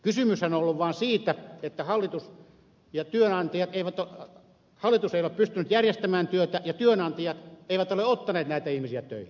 kysymyshän on ollut vaan siitä että hallitus ei ole pystynyt järjestämään työtä ja työnantajat eivät ole ottaneet näitä ihmisiä töihin